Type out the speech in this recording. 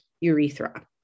urethra